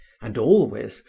and always,